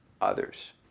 others